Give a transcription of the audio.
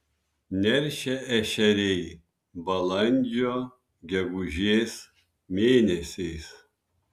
neršia ešeriai balandžio gegužės mėnesiais